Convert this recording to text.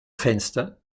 fenster